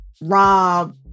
Rob